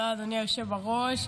תודה, אדוני היושב בראש.